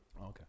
Okay